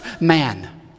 man